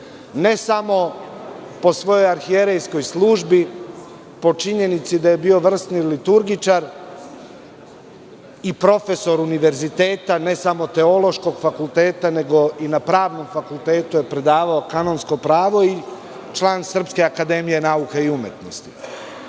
ne samo po svojoj arhijererskoj službi, po činjenici da je bio vrsni liturgičar i profesor univerziteta, ne samo Teološkog fakulteta, nego i na Pravnom fakultetu je predavao kanonsko pravo i član Srpske akademije nauka i umetnosti.